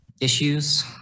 Issues